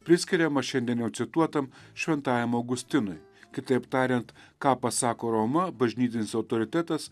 priskiriamas šiandien jau cituotam šventajam augustinui kitaip tariant ką pasako roma bažnytinis autoritetas